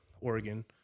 Oregon